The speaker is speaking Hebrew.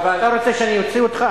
אתה רוצה שאני אוציא אותך?